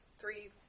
Three